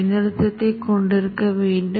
பின்னர் ஆரம்ப நிலைகளை மீண்டும் திருத்த வேண்டும்